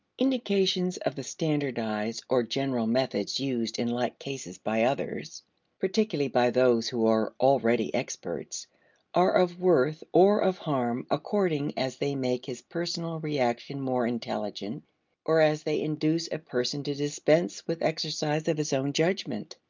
indications of the standardized or general methods used in like cases by others particularly by those who are already experts are of worth or of harm according as they make his personal reaction more intelligent or as they induce a person to dispense with exercise of his own judgment.